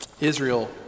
Israel